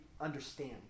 understand